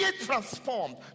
transformed